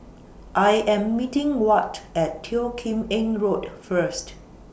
I Am meeting Wyatt At Teo Kim Eng Road First